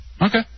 Okay